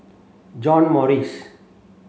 John Morrice